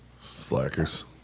slackers